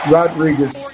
Rodriguez